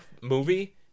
movie